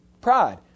Pride